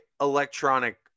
electronic